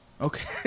Okay